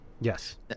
Yes